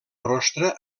rostre